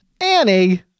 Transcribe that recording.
Annie